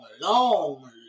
long